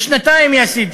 לשנתיים, יא סידי,